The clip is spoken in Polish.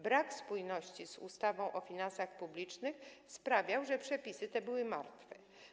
Brak spójności z ustawą o finansach publicznych sprawiał, że przepisy te były martwe.